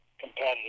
competitive